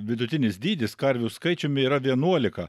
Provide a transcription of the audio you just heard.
vidutinis dydis karvių skaičiumi yra vienuolika